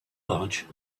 large